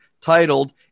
titled